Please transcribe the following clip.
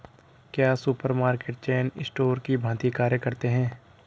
क्या supermarket chain store की भांति कार्य करते हैं?